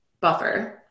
buffer